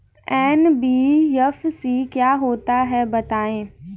NBFC क्या होता है बताएँ?